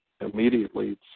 immediately